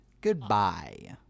Goodbye